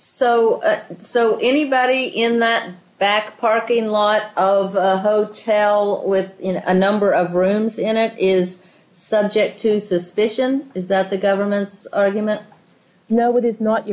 so so anybody in the back parking lot of a hotel with a number of rooms in it is subject to suspicion is that the government's argument no what is not